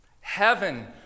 Heaven